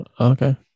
Okay